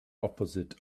opposite